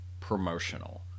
promotional